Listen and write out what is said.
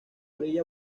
orilla